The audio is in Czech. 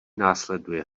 následuje